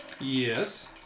Yes